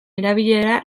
erabilera